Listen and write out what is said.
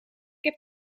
heb